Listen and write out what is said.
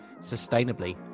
sustainably